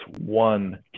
one